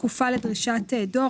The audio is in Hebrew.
התקופה לדרישת דוח.